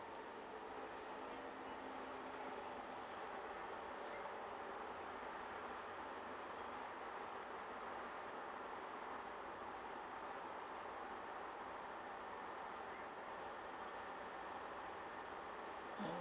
mm